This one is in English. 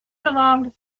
belonged